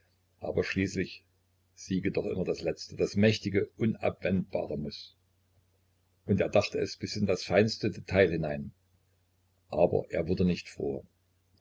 aber schließlich siege doch immer das letzte das mächtige unabwendbare muß und er dachte es bis in das feinste detail hinein aber er wurde nicht froher